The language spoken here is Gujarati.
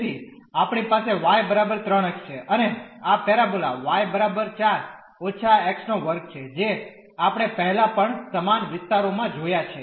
તેથી આપણી પાસે y બરાબર 3 x છે અને આ પેરાબોલા y 4 − x2 છે જે આપણે પહેલા પણ સમાન વિસ્તારોમાં જોયા છે